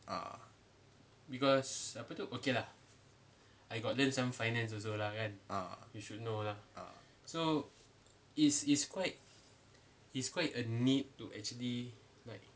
ah ah ah